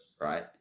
right